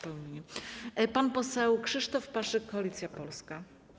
Pan poseł Krzysztof Paszyk, Koalicja Polska.